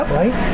right